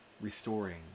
restoring